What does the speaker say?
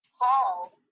paul